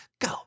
Go